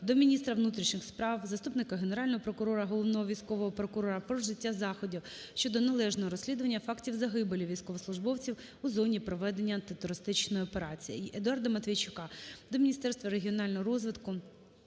до міністра внутрішніх справ, заступника Генерального прокурора - Головного військового прокурора про вжиття заходів щодо належного розслідування фактів загибелі військовослужбовців в зоні проведення Антитерористичної операції.